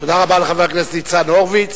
תודה רבה לחבר הכנסת ניצן הורוביץ.